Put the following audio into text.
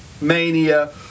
Mania